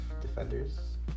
defenders